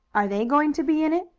are they going to be in it?